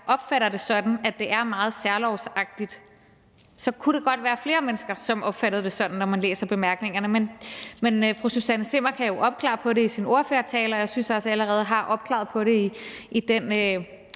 opfatter det sådan, at det er meget særlovsagtigt, kunne der godt være flere mennesker, der opfatter det sådan, når de læser bemærkningerne. Men fru Susanne Zimmer kan jo opklare det i sin ordførertale, og jeg synes også allerede, at det er